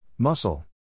Muscle